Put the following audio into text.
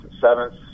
seventh